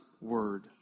word